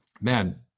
men